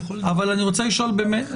אבל הוא עובד מדינה לכל דבר.